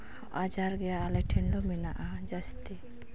ᱟᱡᱟᱨ ᱜᱮ ᱢᱮᱱᱟᱜᱼᱟ ᱟᱞᱮ ᱴᱷᱮᱱ ᱫᱚ ᱡᱟᱹᱥᱛᱤ